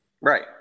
right